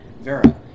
vera